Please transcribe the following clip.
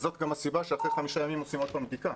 זו הסיבה גם שאחרי חמישה ימים עושים עוד פעם בדיקה,